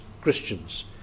Christians